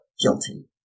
guilty